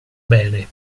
bene